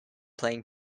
playing